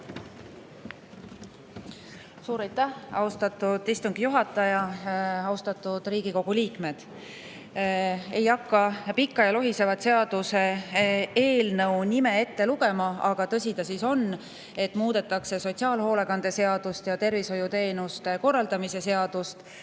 Suur aitäh, austatud istungi juhataja! Austatud Riigikogu liikmed! Ei hakka pikka ja lohisevat seaduseelnõu nime ette lugema, aga tõsi ta on, et muudetakse sotsiaalhoolekande seadust ja tervishoiuteenuste korraldamise seadust,